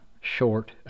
short